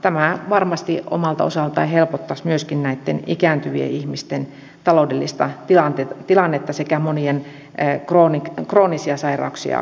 tämä varmasti omalta osaltaan helpottaisi myöskin näitten ikääntyvien ihmisten taloudellista tilannetta sekä monien kroonisia sairauksia sairastavien tilannetta